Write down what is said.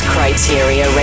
Criteria